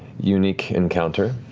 unique encounter.